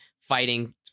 fighting